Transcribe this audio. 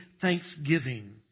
thanksgiving